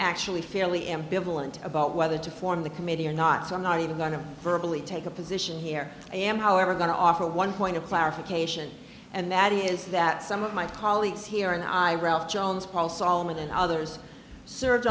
actually fairly ambivalent about whether to form the committee or not so i'm not even going to take a position here i am however going to offer one point of clarification and that is that some of my colleagues here in iraq jones paul solman and others served